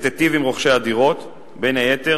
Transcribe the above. שתטיב עם רוכשי הדירות, בין היתר